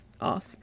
off